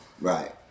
Right